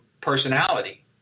personality